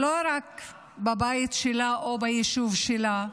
לא רק בבית שלה או ביישוב שלה,